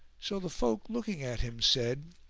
so the folk looking at him said,